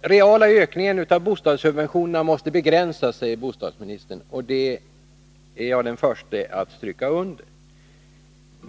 reala ökningen av bostadssubventionerna måste begränsas, säger bostadsministern, och det är jag den förste att stryka under.